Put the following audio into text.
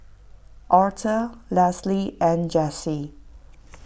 Aurthur Leslie and Jessi